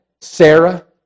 Sarah